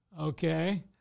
Okay